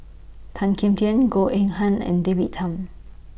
Tan Kim Tian Goh Eng Han and David Tham